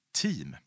team